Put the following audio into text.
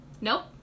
Nope